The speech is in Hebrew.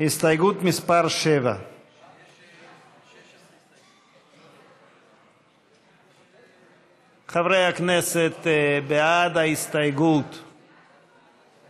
הסתייגות מס' 7. ההסתייגות (7)